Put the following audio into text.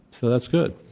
so, that's good.